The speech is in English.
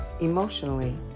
emotionally